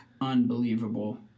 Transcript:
unbelievable